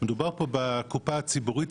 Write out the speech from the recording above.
מדובר כאן בקופה הציבורית.